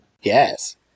Yes